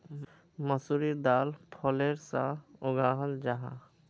मसूरेर दाल फलीर सा उगाहल जाहा